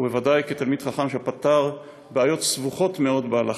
ובוודאי כתלמיד חכם שפתר בעיות סבוכות מאוד בהלכה,